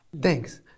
Thanks